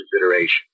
consideration